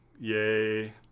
Yay